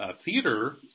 theater